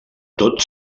tot